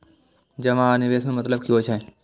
जमा आ निवेश में मतलब कि होई छै?